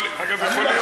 אגב, יכול להיות.